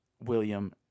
William